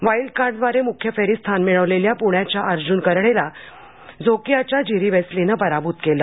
wild कार्डद्वारे मुख्य फेरीत स्थान मिळवलेल्या पुण्याच्या अर्जुन कढेला झोकियाच्या जिरी वेस्लीनं पराभुत केलं